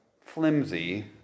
flimsy